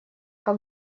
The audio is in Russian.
как